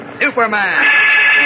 Superman